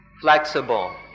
flexible